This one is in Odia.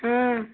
ହଁ